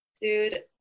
Dude